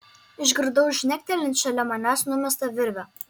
išgirdau žnektelint šalia manęs numestą virvę